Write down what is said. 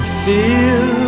feel